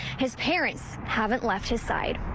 his parents haven't left his side.